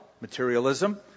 materialism